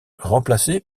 remplacé